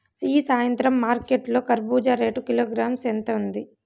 ఈ సాయంత్రం మార్కెట్ లో కర్బూజ రేటు కిలోగ్రామ్స్ ఎంత ఉంది?